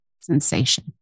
sensation